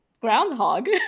groundhog